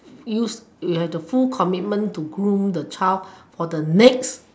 use you have the full commitment to groom the child for the next